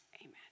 amen